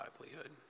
livelihood